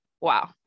Wow